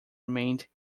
remained